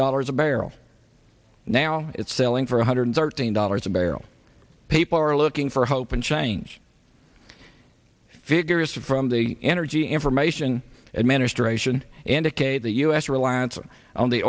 dollars a barrel now it's selling for one hundred thirteen dollars a barrel people are looking for hope and change figures from the energy information administration indicate the u s reliance on the